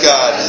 God